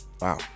Wow